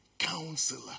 counselor